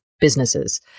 businesses